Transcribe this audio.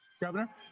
Governor